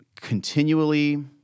continually